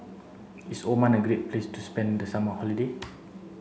is Oman a great place to spend the summer holiday